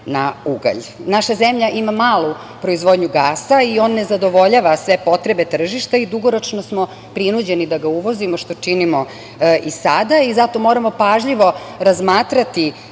zemlja ima malu proizvodnju gasa i on ne zadovoljava sve potrebe tržišta i dugoročno smo prinuđeni da ga uvozimo, što činimo i sada. Zato moramo pažljivo razmatrati